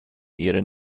ihrem